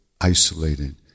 isolated